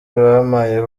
bampaye